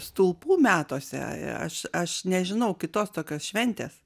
stulpų metuose aš aš nežinau kitos tokios šventės